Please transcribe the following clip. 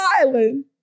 Island